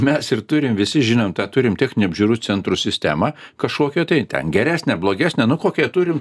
mes ir turim visi žinom tą turime techninių apžiūrų centrų sistemą kažkokią tai ten geresnę blogesnę nu kokią turim